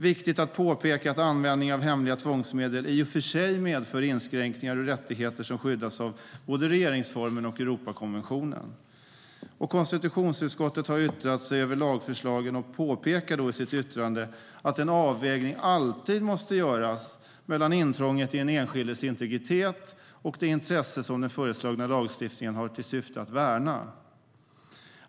Viktigt att påpeka är att användningen av hemliga tvångsmedel i och för sig medför inskränkningar i rättigheter som skyddas av både regeringsformen och Europakonventionen. Konstitutionsutskottet har yttrat sig över lagförslagen och påpekar då i sitt yttrande att en avvägning alltid måste göras mellan intrånget i den enskildes integritet och det intresse som den föreslagna lagstiftningen har till syfte att värna.